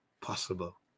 possible